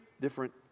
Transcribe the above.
different